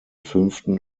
fünften